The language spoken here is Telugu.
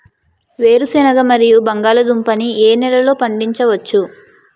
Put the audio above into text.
వేరుసెనగ మరియు బంగాళదుంప ని ఏ నెలలో పండించ వచ్చు?